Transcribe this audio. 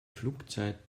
flugzeit